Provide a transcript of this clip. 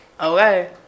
Okay